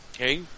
Okay